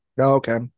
Okay